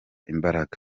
imbaraga